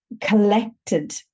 collected